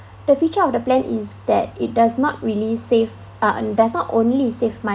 the future of the plan is that it does not really save a'ah does not only save